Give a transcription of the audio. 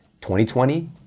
2020